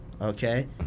Okay